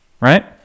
right